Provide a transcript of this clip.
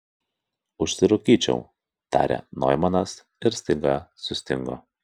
užsirūkyčiau tarė noimanas ir staiga sustingo